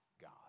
God